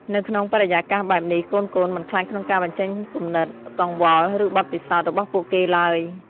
នៅក្នុងបរិយាកាសបែបនេះ កូនៗមិនខ្លាចក្នុងការបញ្ចេញគំនិត កង្វល់ ឬបទពិសោធន៍របស់ពួកគេឡើយ។